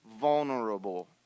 Vulnerable